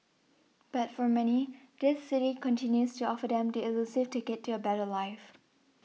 but for many this city continues to offer them the elusive ticket to a better life